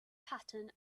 pattern